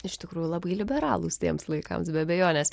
iš tikrųjų labai liberalūs tiems laikams be abejonės